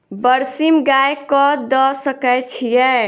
बरसीम गाय कऽ दऽ सकय छीयै?